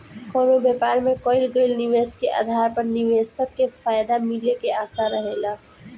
कवनो व्यापार में कईल गईल निवेश के आधार पर निवेशक के फायदा मिले के आशा रहेला